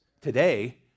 today